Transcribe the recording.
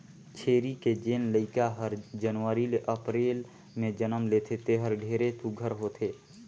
छेरी के जेन लइका हर जनवरी ले अपरेल में जनम लेथे तेहर ढेरे सुग्घर होथे